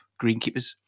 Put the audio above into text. Greenkeepers